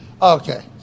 Okay